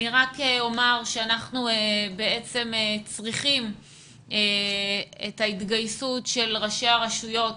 אני אומר שאנחנו צריכים את ההתגייסות של ראשי הרשויות